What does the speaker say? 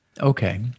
Okay